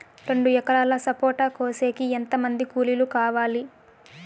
రెండు ఎకరాలు సపోట కోసేకి ఎంత మంది కూలీలు కావాలి?